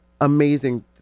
amazing